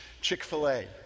Chick-fil-A